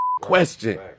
question